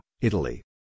Italy